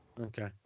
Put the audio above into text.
Okay